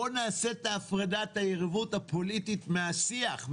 בוא נעשה את ההפרדה את היריבות הפוליטית מהשיח,